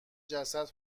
جسد